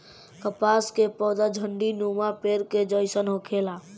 कपास के पौधा झण्डीनुमा पेड़ के जइसन होखेला